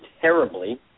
terribly